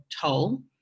toll